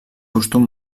costum